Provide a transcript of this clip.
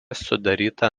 sudaryta